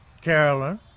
Carolyn